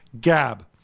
gab